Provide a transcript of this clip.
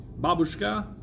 Babushka